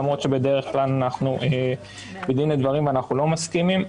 למרות שבדרך כלל אנחנו בדין ודברים ואנחנו לא מסכימים,